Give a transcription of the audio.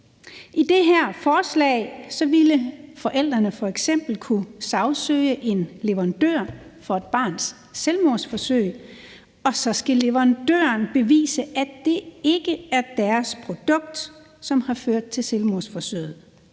I det her forslag ville forældrene f.eks. kunne sagsøge en leverandør for et barns selvmordsforsøg, og så skal leverandøren bevise, at det ikke er deres produkt, som har ført til selvmordsforsøg.